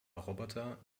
roboter